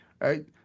Right